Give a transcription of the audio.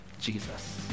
Jesus